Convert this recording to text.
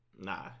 nah